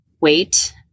wait